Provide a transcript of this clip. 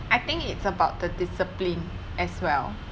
I think it's about uh the discipline as well